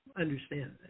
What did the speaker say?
understand